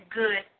good